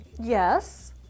Yes